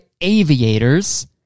aviators